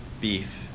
beef